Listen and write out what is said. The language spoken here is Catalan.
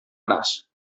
braç